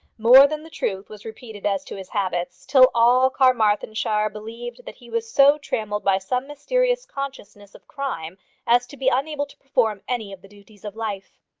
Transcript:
more than the truth was repeated as to his habits, till all carmarthenshire believed that he was so trammelled by some mysterious consciousness of crime as to be unable to perform any of the duties of life.